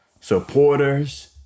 supporters